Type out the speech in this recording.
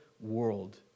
world